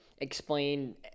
explain